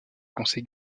conseil